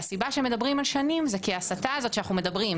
והסיבה שמדברים על שנים זה כי ההסטה הזאת שאנחנו מדברים,